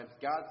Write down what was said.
God